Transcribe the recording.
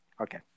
Okay